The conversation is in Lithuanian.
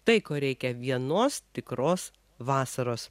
tai ko reikia vienos tikros vasaros